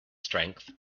strength